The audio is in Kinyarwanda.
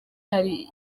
hari